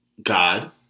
God